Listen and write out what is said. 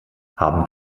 haben